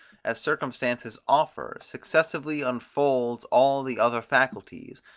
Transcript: as circumstances offer, successively unfolds all the other faculties,